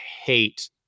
hate